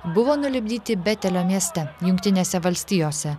buvo nulipdyti betelio mieste jungtinėse valstijose